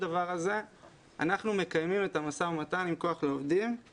למרות הדבר הזה אנחנו מקיימים את המשא ומתן עם כוח לעובדים.